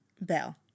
Bell